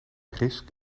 risk